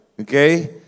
Okay